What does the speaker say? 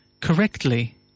correctly